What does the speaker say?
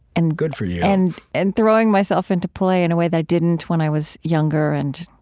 and, good for you, and and throwing myself into play in a way that i didn't when i was younger and,